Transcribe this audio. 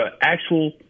actual